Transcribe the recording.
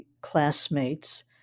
classmates